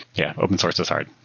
yeah, open source is hard,